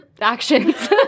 actions